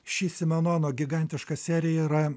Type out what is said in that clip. ši simenono gigantiška serija yra